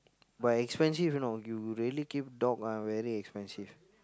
but expensive you know you really keep dog ah very expensive